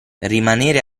rimanere